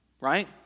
Right